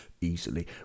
easily